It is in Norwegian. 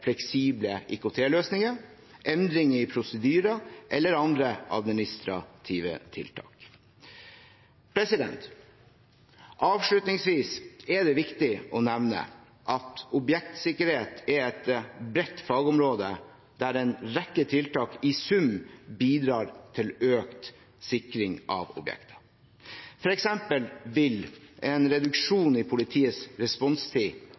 fleksible IKT-løsninger, endring i prosedyrer eller andre administrative tiltak. Avslutningsvis er det viktig å nevne at objektsikkerhet er et bredt fagområde der en rekke tiltak i sum bidrar til økt sikring av objekter. For eksempel vil en reduksjon i politiets responstid